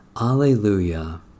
Alleluia